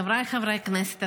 חבריי חברי הכנסת,